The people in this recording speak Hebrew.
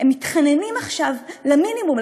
הם מתחננים עכשיו למינימום,